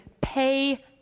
pay